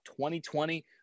2020